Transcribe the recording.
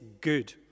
good